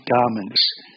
garments